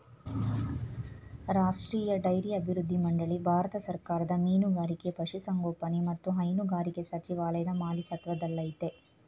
ರಾಷ್ಟ್ರೀಯ ಡೈರಿ ಅಭಿವೃದ್ಧಿ ಮಂಡಳಿ ಭಾರತ ಸರ್ಕಾರದ ಮೀನುಗಾರಿಕೆ ಪಶುಸಂಗೋಪನೆ ಮತ್ತು ಹೈನುಗಾರಿಕೆ ಸಚಿವಾಲಯದ ಮಾಲಿಕತ್ವದಲ್ಲಯ್ತೆ